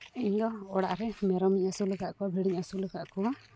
ᱤᱧᱫᱚ ᱚᱲᱟᱜ ᱨᱮ ᱢᱮᱨᱚᱢᱤᱧ ᱟᱹᱥᱩᱞᱟᱠᱟᱫ ᱠᱚᱣᱟ ᱵᱷᱤᱰᱤᱧ ᱟᱹᱥᱩᱞᱟᱠᱟᱫ ᱠᱚᱣᱟ